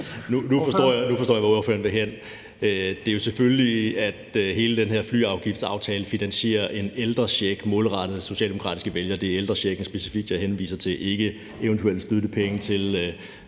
Nu forstår jeg, hvor ordføreren vil hen. Det handler jo selvfølgelig om, at hele den her flyafgiftsaftale finansierer en ældrecheck målrettet socialdemokratiske vælgere. Det er ældrechecken specifikt, jeg henviser til, ikke eventuelle støttepenge til,